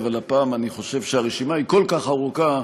אבל הפעם אני חושב שהרשימה כל כך ארוכה,